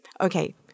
okay